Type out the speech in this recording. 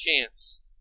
chance